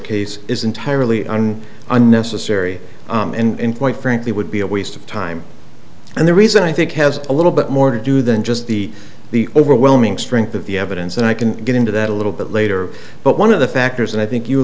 case is entirely un unnecessary and quite frankly would be a waste of time and the reason i think has a little bit more to do than just the the overwhelming strength of the evidence and i can get into that a little bit later but one of the factors and i think you